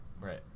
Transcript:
Right